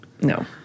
No